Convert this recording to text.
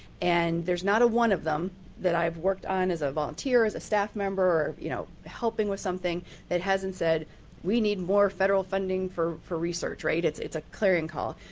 and there is not one of them that i have worked on as a volunteer, as a staff member, you know helping with something that hasn't said we need more federal funding for for research. it's it's a clearing call.